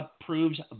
approves